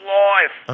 life